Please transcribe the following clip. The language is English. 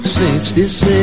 66